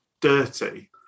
dirty